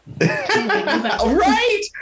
right